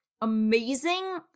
Amazing